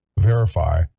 verify